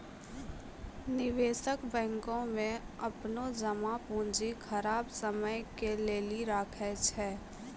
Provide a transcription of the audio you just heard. निवेशक बैंको मे अपनो जमा पूंजी खराब समय के लेली राखै छै